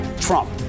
Trump